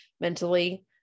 mentally